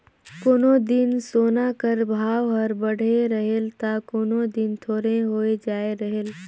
कोनो दिन सोना कर भाव हर बढ़े रहेल ता कोनो दिन थोरहें होए जाए रहेल